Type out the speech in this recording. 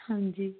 ਹਾਂਜੀ